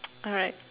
alright